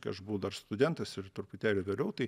kai aš buvau dar studentas ir truputėlį vėliau tai